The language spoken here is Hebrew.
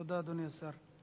תודה, אדוני השר.